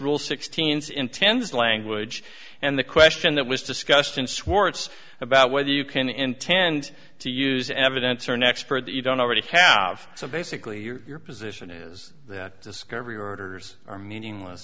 rule sixteen's intends language and the question that was discussed in swartz about whether you can intend to use evidence or an expert that you don't already have so basically your position is that discovery orders are meaningless